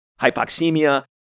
hypoxemia